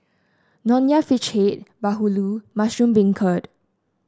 Nonya Fish Head bahulu Mushroom Beancurd